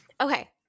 Okay